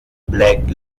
black